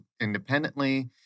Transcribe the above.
independently